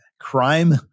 crime